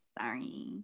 Sorry